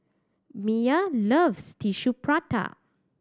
Miya loves Tissue Prata